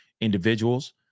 individuals